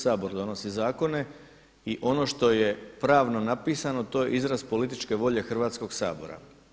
Sabor donosi zakone i ono što je pravno napisano to je izraz političke volje Hrvatskog sabora.